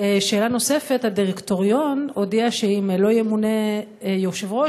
שאלה נוספת: הדירקטוריון הודיע שאם לא ימונה יושב-ראש,